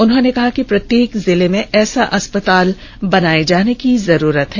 उन्होंने कहा कि प्रत्येक जिले में ऐसा अस्पताल बनाये जाने की जरूरत है